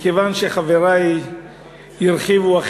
מכיוון שחברי הרחיבו,